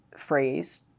Phrase